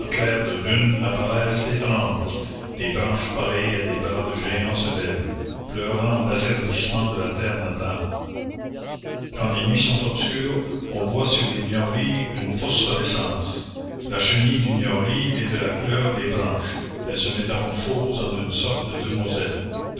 clairs de lune apparaissent étranges les branches pareilles à des bras de géants se lèvent pleurant l'asservissement de la terre natale quand les nuits sont obscures on voit sur les niaoulis une phosphorescence la chenille du niaouli est de la couleur des branches elle se métamorphose en une sorte de demoiselle